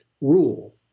rule